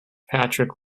patrick